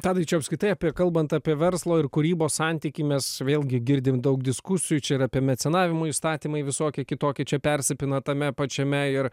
tadai čia apskritai apie kalbant apie verslo ir kūrybos santykį mes vėlgi girdim daug diskusijų čia ir apie mecenavimo įstatymai visokie kitokie čia persipina tame pačiame ir